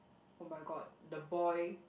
oh-my-god the boy